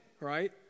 right